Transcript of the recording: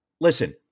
Listen